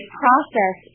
process